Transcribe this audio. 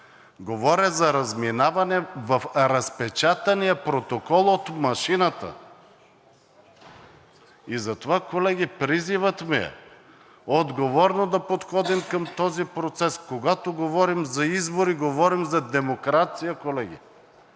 говоря за разминаване в разпечатания протокол от машината. Затова, колеги, призивът ми е отговорно да подходим към този процес. Когато говорим за избори, говорим за демокрация, колеги,